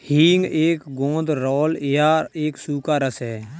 हींग एक गोंद राल या एक सूखा रस है